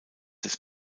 des